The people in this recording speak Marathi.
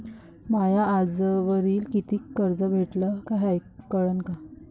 म्या आजवरी कितीक कर्ज भरलं हाय कळन का?